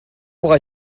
auras